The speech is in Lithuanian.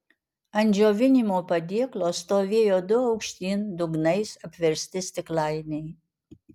ant džiovinimo padėklo stovėjo du aukštyn dugnais apversti stiklainiai